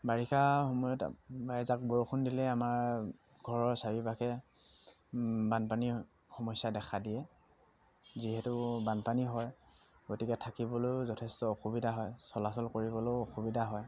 বাৰিষা সময়ত এজাক বৰষুণ দিলেই আমাৰ ঘৰৰ চাৰিওকাষে বানপানীৰ সমস্যাই দেখা দিয়ে যিহেতু বানপানী হয় গতিকে থাকিবলৈয়ো যথেষ্ট অসুবিধা হয় চলাচল কৰিবলৈয়ো অসুবিধা হয়